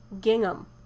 Gingham